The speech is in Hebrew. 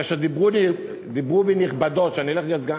כאשר דיברו בי נכבדות שאני הולך להיות סגן,